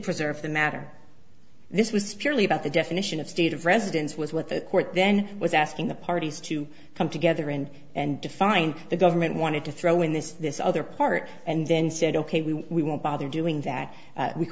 preserve the matter this was purely about the definition of state of residence was what the court then was asking the parties to come together in and define the government wanted to throw in this this other part and then said ok we won't bother doing that